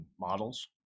models